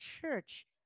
Church